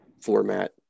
format